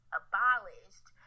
abolished